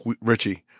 Richie